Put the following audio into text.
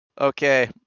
Okay